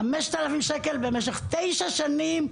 מקבלת 5,000 ₪ במשך תשע שנים,